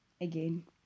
again